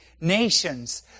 nations